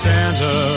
Santa